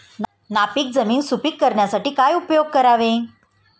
नापीक जमीन सुपीक करण्यासाठी काय उपयोग करावे?